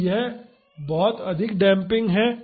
तो यह बहुत अधिक डेम्पिंग है